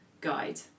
guide